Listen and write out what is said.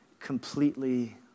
Completely